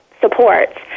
supports